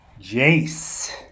jace